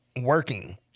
working